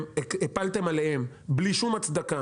אתם הפלתם עליהם את זה בלי שום הצדקה.